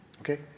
okay